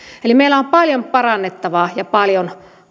meillä on paljon parannettavaa ja paljon